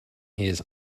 his